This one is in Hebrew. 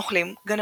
נוכלים, גנבים,